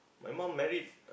my mum married